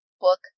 book